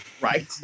right